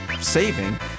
saving